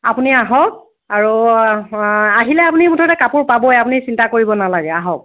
আপুনি আহক আৰু আহিলে আপুনি মুঠতে কাপোৰ পাবই আপুনি চিন্তা কৰিব নালাগে আহক